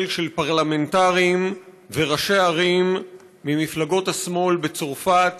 של פרלמנטרים וראשי ערים ממפלגות השמאל בצרפת